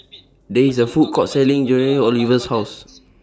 There IS A Food Court Selling Dangojiru Oliver's House